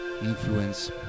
influence